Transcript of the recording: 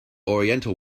oriental